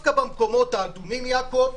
דווקא במקומות האדומים, יעקב,